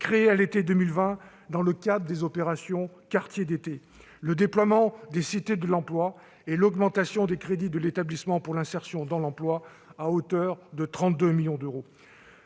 créés à l'été 2020 dans le cadre des opérations Quartiers d'été, le déploiement des cités de l'emploi et l'augmentation des crédits de l'Établissement pour l'insertion dans l'emploi à hauteur de 32 millions d'euros.